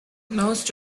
most